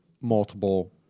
multiple